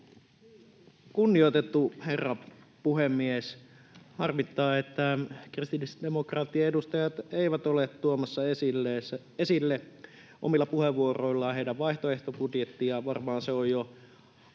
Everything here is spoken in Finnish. Kunnioitettu herra puhemies! Harmittaa, että kristillisdemokraattien edustajat eivät ole tuomassa esille omilla puheenvuoroillaan heidän vaihtoehtobudjettiaan.